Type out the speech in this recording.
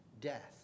death